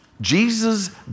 Jesus